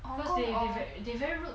because because they very rude to